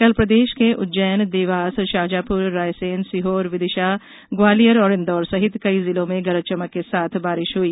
कल प्रदेश के उज्जैन देवासशाजापुर रायसेनसीहोरविदिशा ग्वालियर और इंदौर सहित कई जिलों में गरज चमक के साथ बारिश हुई